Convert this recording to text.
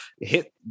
hit